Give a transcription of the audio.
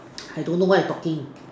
I don't know what you talking